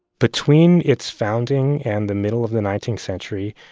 between its founding and the middle of the nineteenth century,